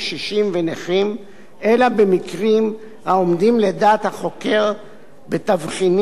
אלא במקרים העומדים לדעת החוקר בתבחינים להעמדה לדין פלילי,